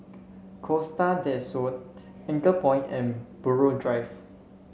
Costa Del Sol Anchorpoint and Buroh Drive